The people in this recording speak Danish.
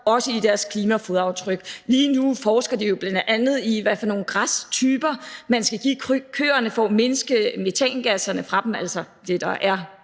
også i deres klimafodaftryk. Lige nu forsker de jo bl.a. i, hvad for nogle græstyper man skal give køerne for at mindske metangasudledninger fra dem, altså det, der er